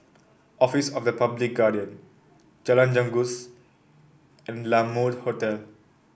office of the Public Guardian Jalan Janggus and La Mode Hotel